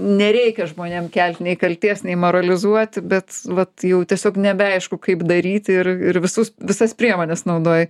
nereikia žmonėm kelt nei kaltės nei moralizuoti bet vat jau tiesiog nebeaišku kaip daryti ir ir visus visas priemones naudoji